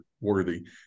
Worthy